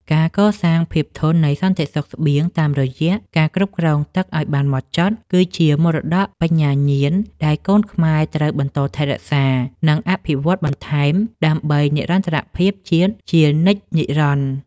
ការកសាងភាពធន់នៃសន្តិសុខស្បៀងតាមរយៈការគ្រប់គ្រងទឹកឱ្យបានហ្មត់ចត់ គឺជាមរតកបញ្ញាញាណដែលកូនខ្មែរត្រូវបន្តថែរក្សា និងអភិវឌ្ឍបន្ថែមដើម្បីនិរន្តរភាពជាតិជានិច្ចនិរន្តរ៍។